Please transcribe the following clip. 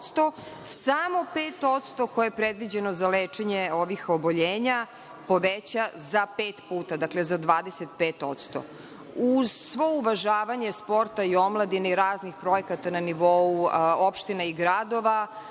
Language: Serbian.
samo 5% koje je predviđeno za lečenje ovih oboljenja poveća za pet puta, dakle za 25%.Uz svo uvažavanje sporta i omladine i raznih projekata na nivou opštine i gradova,